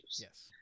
Yes